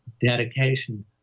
dedication